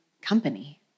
company